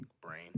brain